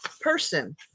person